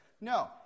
No